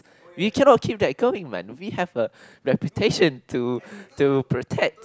you cannot keep that going man we have a reputation to to protect